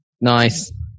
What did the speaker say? nice